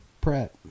Pratt